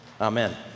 amen